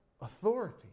authority